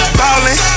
bowling